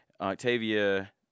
Octavia